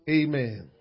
amen